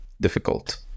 difficult